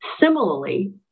Similarly